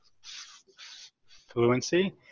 fluency